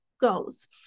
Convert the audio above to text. goals